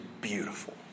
beautiful